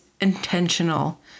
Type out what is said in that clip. Intentional